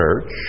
church